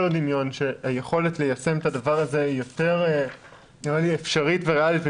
דמיון שהיכולת ליישם את הדבר הזה היא יותר אפשרית וריאלית,